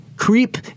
Creep